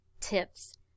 tips